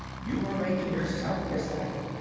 you are making yourself disliked.